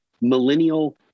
millennial